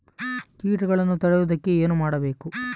ಕೇಟಗಳನ್ನು ತಡೆಗಟ್ಟುವುದಕ್ಕೆ ಏನು ಮಾಡಬೇಕು?